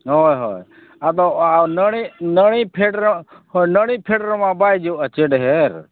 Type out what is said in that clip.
ᱦᱚᱭ ᱦᱚᱭ ᱟᱫᱚ ᱱᱟᱹᱲᱤ ᱱᱟᱹᱲᱤ ᱯᱷᱮᱰᱨᱮ ᱦᱚᱭ ᱱᱟᱹᱲᱤ ᱯᱷᱮᱰᱨᱮ ᱢᱟ ᱵᱟᱭ ᱡᱚᱜᱼᱟ ᱪᱮ ᱰᱷᱮᱹᱨ